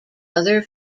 other